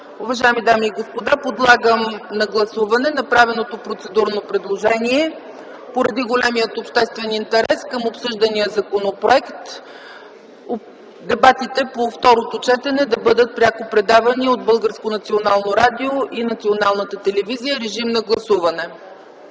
Уважаеми дами и господа, подлагам на гласуване направеното процедурно предложение – поради големия обществен интерес към обсъждания законопроект, дебатите по второто четене да бъдат пряко предавани от Българското национално